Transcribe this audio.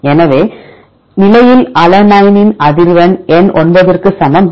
எனவே நிலையில் அலனைனின் அதிர்வெண் எண் 9க்கு சமம் 0